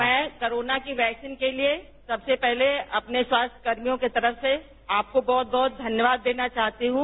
मैं कोरोना की वैक्सीन के लिए सबसे पहले अपने स्वास्थ्यकर्मियों की तरफ से आपको बहुत बहुत धन्यवाद देना चाहती हूं